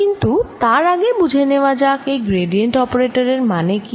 কিন্তু তার আগে বুঝে নেওয়া যাক এই গ্র্যাডিয়েন্ট অপারেটর এর মানে কি